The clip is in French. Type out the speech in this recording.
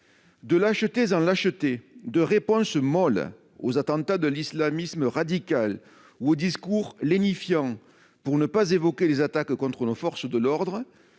de lâcheté en lâcheté, de réponses molles aux attentats de l'islamisme radical en discours lénifiants, pour ne pas évoquer les attaques contre nos forces de l'ordre,